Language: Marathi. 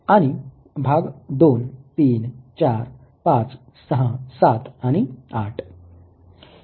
आणि भाग 234567 आणि 8